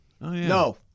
No